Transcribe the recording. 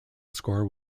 score